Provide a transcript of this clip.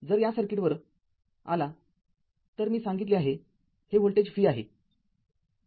जर या सर्किटवर आला तर मी सांगितले आहे हे व्होल्टेज v आहे